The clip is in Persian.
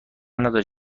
نداری